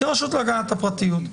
כרשות להגנת הפרטיות.